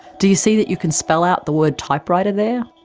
do you see that you can spell out the word typewriter there?